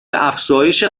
افزایش